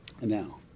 Now